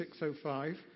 605